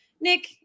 Nick